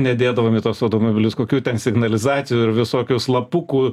nedėdavom į tuos automobilius kokių ten signalizacijų ir visokių slapukų